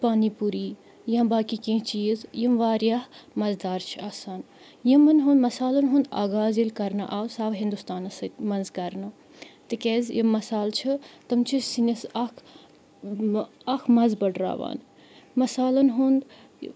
پانی پوٗری یا باقی کینٛہہ چیٖز یِم واریاہ مَزٕدار چھِ آسان یِمَن ہُنٛد مصالَن ہُنٛد آغاز ییٚلہِ کَرنہٕ آو سُہ آو ہِندُستانَس سۭتۍ منٛز کَرنہٕ تِکیٛازِ یِم مصالہٕ چھِ تِم چھِ سِنِس اَکھ اَکھ مَزٕ بٔڑراوان مصالَن ہُنٛد